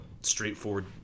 straightforward